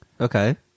Okay